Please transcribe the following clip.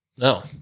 No